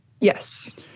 Yes